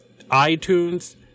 iTunes